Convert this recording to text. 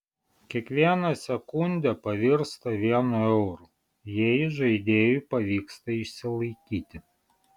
kiekviena sekundė pavirsta vienu euru jei žaidėjui pavyksta išsilaikyti